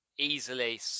easily